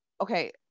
okay